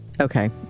Okay